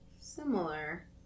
similar